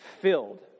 filled